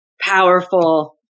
powerful